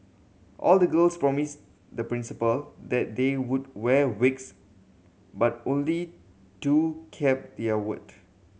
all the girls promised the Principal that they would wear wigs but only two kept their word